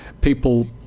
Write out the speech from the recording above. people